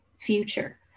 future